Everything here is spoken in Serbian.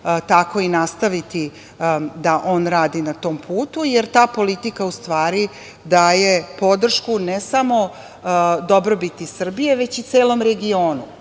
tako i nastaviti da on radi na tom putu, jer ta politika u stvari daje podršku, ne samo dobrobiti Srbije, već i celom regionu,